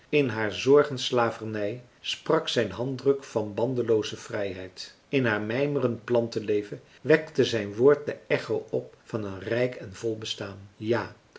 in haar zorgenslavernij sprak zijn handdruk van bandelooze vrijheid in haar mijmerend plantenleven wekte zijn woord de echo op van een rijk en vol bestaan ja